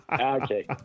Okay